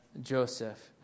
Joseph